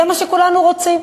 זה מה שכולנו רוצים,